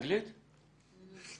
במדינות דמוקרטיות והכנסת במבט השוואתי.